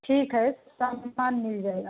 ठीक है साँझ के साँझ मिल जाएगा